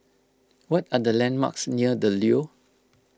what are the landmarks near the Leo